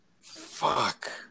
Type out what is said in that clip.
Fuck